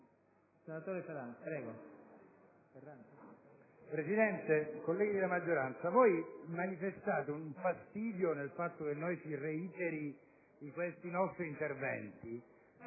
Presidente, colleghi della maggioranza, voi manifestate fastidio per il fatto che reiteriamo i nostri interventi,